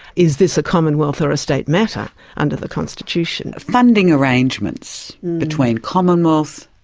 is this a commonwealth or a state matter under the constitution? funding arrangements between commonwealth,